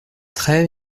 très